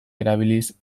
erabiliz